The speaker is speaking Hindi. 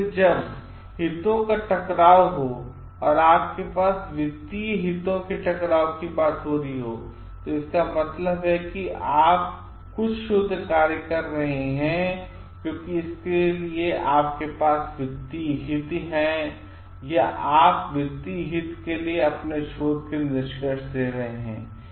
इसलिए जब हितों का टकराव हो आपके पास वित्तीय हितों का टकराव की बात हो रही है तो इसका मतलब है कि आप कुछ शोध कार्य कर रहे हैं क्योंकि आपके पास वित्तीय हित हैं या आप वित्तीय हित के लिए अपने शोध के निष्कर्ष दे रहे हैं